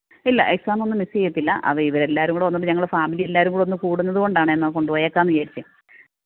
ഇല്ല എക്സാമൊന്നും മിസ്സ് ചെയ്യത്തില്ല അവ ഇവരെല്ലാരും കൂടെ വന്നത് കൊണ്ട് ഞങ്ങള് ഫാമിലി എല്ലാവരും കൂടൊന്നു കൂടുന്നത് കൊണ്ടാണെ എന്നാൽ കൊണ്ടു പോയേക്കാം എന്ന് വിചാരിച്ച്